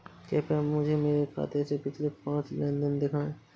कृपया मुझे मेरे खाते से पिछले पांच लेन देन दिखाएं